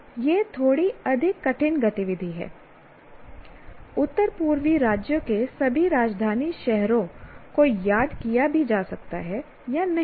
यह थोड़ी अधिक कठिन गतिविधि है उत्तर पूर्वी राज्यों के सभी राजधानी शहरों को याद किया भी जा सकता है या नहीं भी